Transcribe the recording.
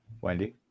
Wendy